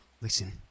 Listen